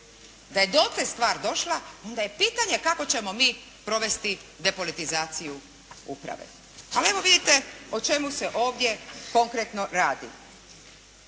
da je dotle stvar došla, onda je pitanje kako ćemo mi provesti depolitizaciju uprave. A evo vidite o čemu se ovdje konkretno radi.